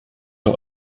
der